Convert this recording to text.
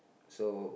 so